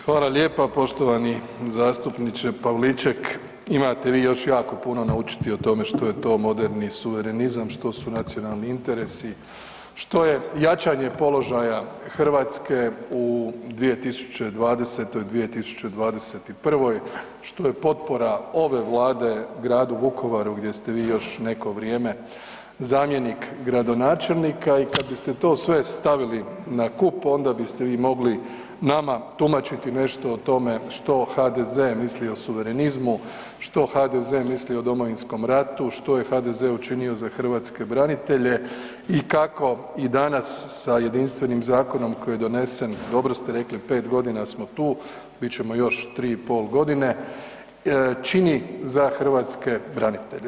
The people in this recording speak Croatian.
Hvala lijepa poštovani zastupniče Pavliček, imate vi još jako puno naučiti o tome što je to moderni suverenizam, što su nacionalni interesi, što je jačanje položaja Hrvatske u 2020., 2021., što je potpora ova Vlade gradu Vukovaru gdje ste vi još neko vrijeme zamjenik gradonačelnika i kad biste to sve stavili na kup, onda biste vi mogli nama tumačiti nešto o tome što HDZ misli o suverenizmu, što HDZ misli o Domovinskom ratu, što je HDZ učinio za hrvatske branitelje i kako i danas sa jedinstvenim zakonom koji je donesen, dobro ste rekli, 5 g. smo tu, bit ćemo još 3,5 g., čini za hrvatske branitelje.